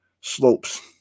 slopes